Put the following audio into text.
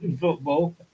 football